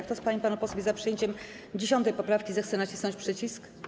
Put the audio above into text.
Kto z pań i panów posłów jest za przyjęciem 10. poprawki, zechce nacisnąć przycisk.